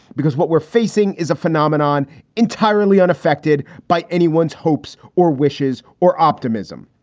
because what we're facing is a phenomenon entirely unaffected by anyone's hopes or wishes or optimism.